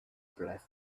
breath